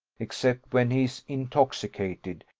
except when he is intoxicated,